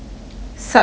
sub debt lor